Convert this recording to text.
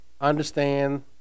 understand